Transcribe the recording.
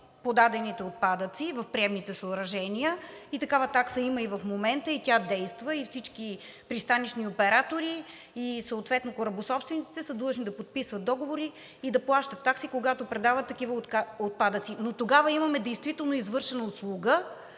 подадените отпадъци в приемните съоръжения и такава такса има в момента и тя действа. Всички пристанищни оператори и съответно корабособствениците са длъжни да подписват договори и да плащат такси, когато предават такива отпадъци, но тогава имаме действително извършена услуга